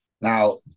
Now